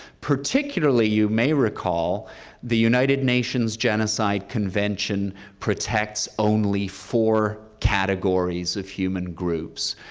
particularly, you may recall the united nations genocide convention protects only four categories of human groups.